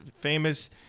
famous